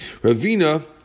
Ravina